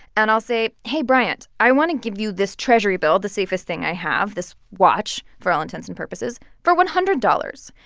and i'll say, hey, bryant, i want to give you this treasury bill, the safest thing i have this watch, for all intents and purposes for one hundred dollars,